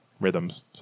rhythms